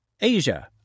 Asia